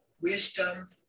wisdom